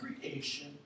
creation